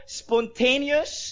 spontaneous